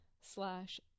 slash